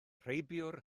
rheibiwr